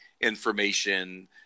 information